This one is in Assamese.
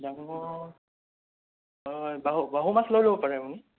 ডাঙৰ এই বাহু বাহু মাছ লৈ ল'ব পাৰে আপুনি